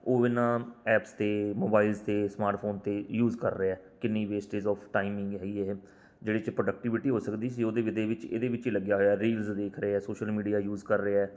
ਉਹ ਇਹਨਾਂ ਐਪਸ 'ਤੇ ਮੋਬਾਇਲਸ 'ਤੇ ਸਮਾਰਟਫ਼ੋਨ 'ਤੇ ਯੂਜ ਕਰ ਰਿਹਾ ਕਿੰਨੀ ਵੇਸਟੇਜ਼ ਆੱਫ਼ ਟਾਈਮਿੰਗ ਹੈਗੀ ਇਹ ਜਿਹੜੀ 'ਚ ਪ੍ਰੋਡਕਟੀਵਿਟੀ ਹੋ ਸਕਦੀ ਸੀ ਉਹਦੇ ਵਿਦੇ ਵਿੱਚ ਇਹਦੇ ਵਿੱਚ ਹੀ ਲੱਗਿਆ ਹੋਇਆ ਰੀਲਸ ਦੇਖ ਰਿਹਾ ਸੋਸ਼ਲ ਮੀਡੀਆ ਯੂਜ ਕਰ ਰਿਹਾ